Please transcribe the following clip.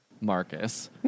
Marcus